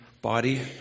body